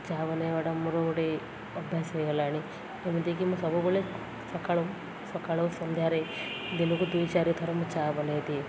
ଚାହା ବନାଇବାଟା ମୋର ଗୋଟେ ଅଭ୍ୟାସ ହେଇଗଲାଣି ଯେମିତିକି ମୁଁ ସବୁବେଳେ ସକାଳୁ ସକାଳୁ ସନ୍ଧ୍ୟାରେ ଦିନକୁ ଦୁଇ ଚାରି ଥର ମୁଁ ଚାହା ବନାଇ ଦିଏ